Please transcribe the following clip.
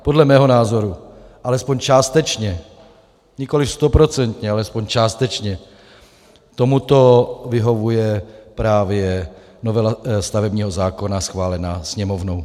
Podle mého názoru alespoň částečně, nikoliv stoprocentně, ale alespoň částečně tomuto vyhovuje právě novela stavebního zákona schválená Sněmovnou.